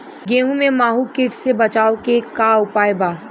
गेहूँ में माहुं किट से बचाव के का उपाय बा?